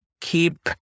keep